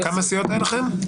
כמה סיעות היו לכם?